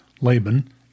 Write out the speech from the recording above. Laban